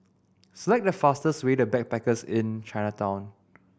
select the fastest way to Backpackers Inn Chinatown